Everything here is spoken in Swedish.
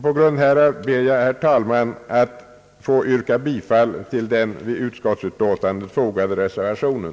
På grund härav ber jag, herr talman, att få yrka bifall till den vid utskottsutlåtandet fogade reservationen.